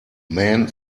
men